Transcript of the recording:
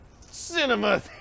cinema